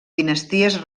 dinasties